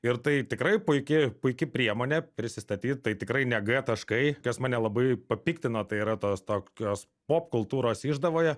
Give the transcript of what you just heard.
ir tai tikrai puiki puiki priemonė prisistatyt tai tikrai ne g taškai kas mane labai papiktino tai yra tos tokios popkultūros išdavoje